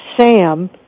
Sam